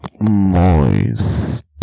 moist